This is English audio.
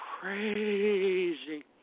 crazy